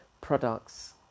products